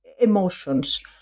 emotions